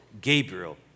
Gabriel